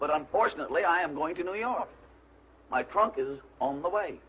but unfortunately i am going to new york my kronk is on the way